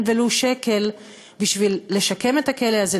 אין ולו שקל בשביל לשקם את הכלא הזה,